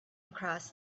across